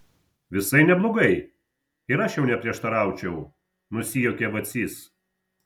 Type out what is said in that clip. visai neblogai ir aš jau neprieštaraučiau nusijuokė vacys